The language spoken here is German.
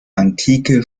antike